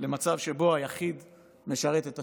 למצב שבו היחיד משרת את השלטון.